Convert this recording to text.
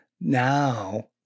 now